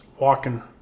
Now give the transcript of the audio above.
walking